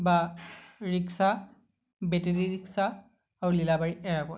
বা rickshaw battery rickshaw আৰু Lilabari airport